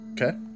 Okay